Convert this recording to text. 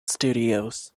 studios